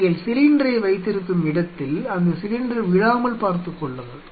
நீங்கள் சிலிண்டரை வைத்திருக்கும் இடத்தில் அந்த சிலிண்டர் விழாமல் பார்த்துக் கொள்ளுங்கள்